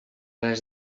les